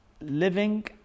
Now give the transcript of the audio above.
living